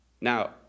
Now